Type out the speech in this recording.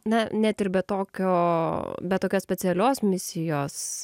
na net ir be tokio be tokios specialios misijos